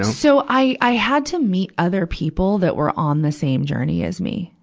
so, i, i had to meet other people that were on the same journey as me.